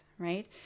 right